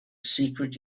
secret